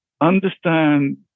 understand